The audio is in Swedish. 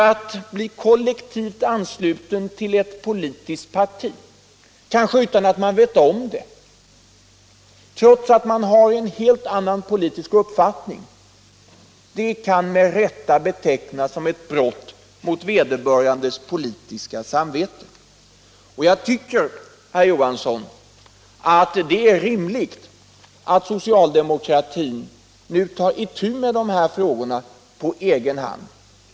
Att bli kollektivansluten till ett politiskt parti, kanske utan att man vet om det, trots att man har en helt annan politisk uppfattning kan nämligen med rätta betecknas som ett brott mot vederbörandes politiska samvete. Jag tycker därför, herr Johansson i Trollhättan, att det är rimligt att socialdemokratin nu tar itu med dessa frågor på egen hand.